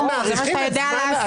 ברור, את זה אתה יודע לעשות.